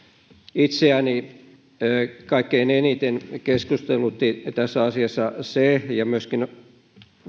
itseäni kaikkein eniten keskustelutti tässä asiassa se ja myöskin